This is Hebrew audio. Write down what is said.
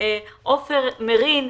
עופר מרין,